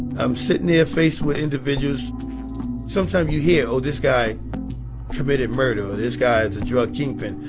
i'm sitting there faced with individuals sometimes you hear, oh, this guy committed murder, or this guy is a drug kingpin.